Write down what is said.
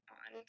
on